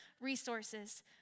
resources